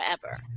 forever